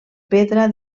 pedra